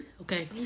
Okay